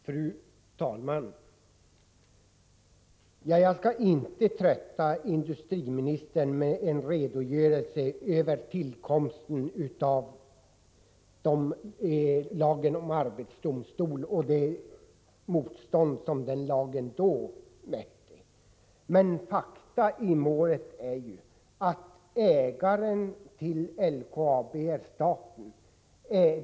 Fru talman! Jag skall inte trötta industriministern med en redogörelse för tillkomsten av lagen om arbetsdomstol och det motstånd som den lagen mötte. Fakta i målet är att ägaren till LKAB är staten.